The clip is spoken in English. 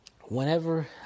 whenever